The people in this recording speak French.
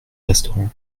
restaurant